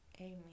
Amen